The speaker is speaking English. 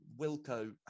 Wilco